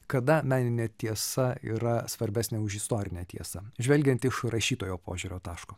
kada meninė tiesa yra svarbesnė už istorinę tiesą žvelgiant iš rašytojo požiūrio taško